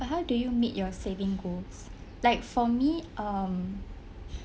but how do you meet your saving goals like for me um